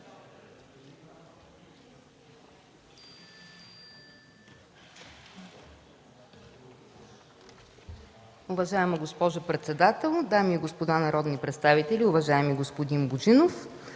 Уважаема госпожо председател, дами и господа народни представители! Уважаеми господин Божинов,